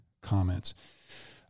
comments